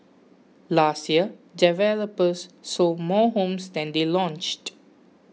last year developers sold more homes than they launched